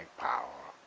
power